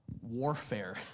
warfare